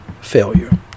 failure